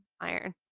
iron